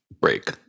break